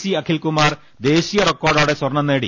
C Akhil Kumar ദേശീയ റെക്കോർഡോടെ സ്വർണ്ണം നേടി